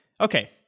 okay